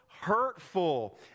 hurtful